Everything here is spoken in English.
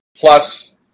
plus